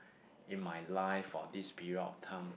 in my life or this period of time